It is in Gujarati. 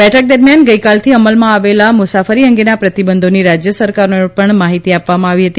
બેઠક દરમિયાન ગઇકાલથી અમલમાં આવેલા મુસાફરી અંગેના પ્રતિબંધોની રાજય સરકારોને પણ માહિતી આપવામાં આવી હતી